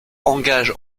engage